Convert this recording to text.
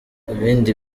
ibindi